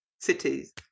cities